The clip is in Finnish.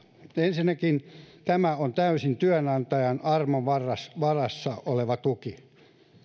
ensinnäkin tämä on täysin työnantajan armon varassa varassa oleva tuki